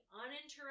uninterrupted